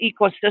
ecosystem